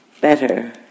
better